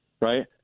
right